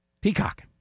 Peacock